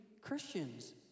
christians